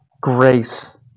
grace